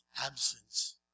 absence